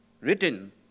written